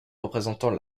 représentant